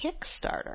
Kickstarter